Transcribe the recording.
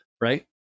right